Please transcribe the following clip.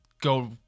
go